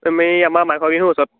এই আমাৰ মাঘৰ বিহুৰ ওচৰত